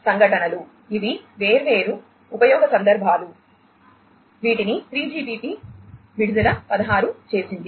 సంఘటనలు ఇవి వేర్వేరు ఉపయోగ సందర్భాలు వీటిని 3GPP విడుదల 16 చేసింది